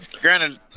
granted